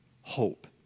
hope